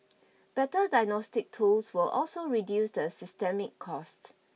better diagnostic tools will also reduce the systemic costs